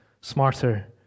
smarter